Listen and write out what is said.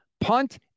Punt